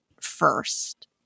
first